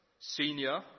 senior